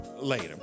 later